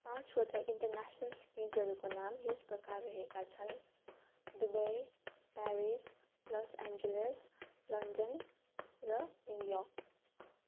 पाँचवटा इन्टर्नेसनल सिटिसहरूको नाम यस प्रकार रहेका छन् Dubai Paris Los Angeles London र न्यु योर्क